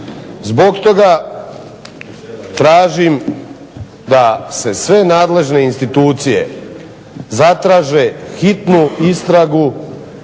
Zbog toga tražim da se sve nadležne institucije zatraže hitnu istragu